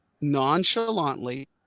nonchalantly